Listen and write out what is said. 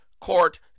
Court